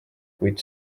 kuid